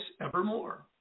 evermore